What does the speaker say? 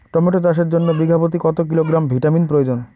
Tomato চাষের জন্য বিঘা প্রতি কত গ্রাম ভিটামিন প্রয়োজন?